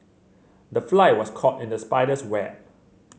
the fly was caught in the spider's web